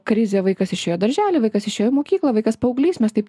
krizė vaikas išėjo į darželį vaikas išėjo į mokyklą vaikas paauglys mes taip